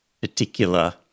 particular